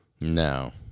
No